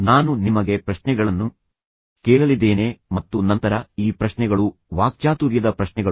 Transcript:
ನಾನು ನಿಮಗೆ ಪ್ರಶ್ನೆಗಳನ್ನು ಕೇಳಲಿದ್ದೇನೆ ಮತ್ತು ನಂತರ ಈ ಪ್ರಶ್ನೆಗಳು ವಾಕ್ಚಾತುರ್ಯದ ಪ್ರಶ್ನೆಗಳು